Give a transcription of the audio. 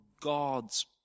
God's